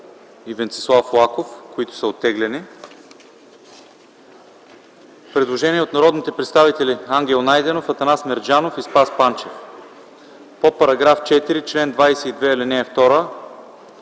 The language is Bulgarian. и Венцислав Лаков, които са оттеглени. Има предложение от народните представители Ангел Найденов, Атанас Мерджанов и Спас Панчев по § 4 - чл. 22, ал. 2: